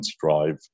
drive